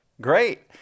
Great